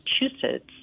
Massachusetts